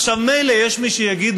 עכשיו מילא, יש מי שיגידו: